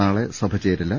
നാളെ സഭ ചേരില്ല